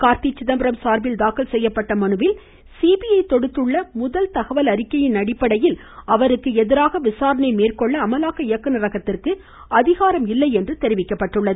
கார்த்தி சிதம்பரம் சார்பில் தாக்கல் செய்யப்பட்ட மனுவில் ஊடீஐ தொடுத்துள்ள முதல் தகவல் அறிக்கையின் அடிபபடையில் அவருக்கு எதிராக விசாரணை மேற்கொள்ள அமலாக்க இயக்குநரகத்திற்கு அதிகாரம் இல்லையென்று தெரிவிக்கப்பட்டுள்ளது